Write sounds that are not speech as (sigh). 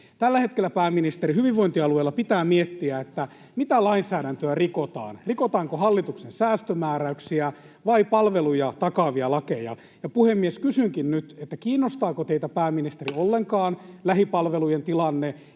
Tällä hetkellä, pääministeri, hyvinvointialueilla pitää miettiä, mitä lainsäädäntöä rikotaan: rikotaanko hallituksen säästömääräyksiä vai palveluja takaavia lakeja. Puhemies! Kysynkin nyt, kiinnostaako teitä, pääministeri, (noise) ollenkaan lähipalvelujen tilanne